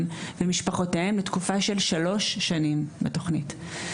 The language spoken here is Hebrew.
ומשפחותיהם וזה לתקופה של שלוש שנים בתוכנית.